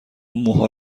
موها